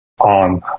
on